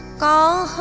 call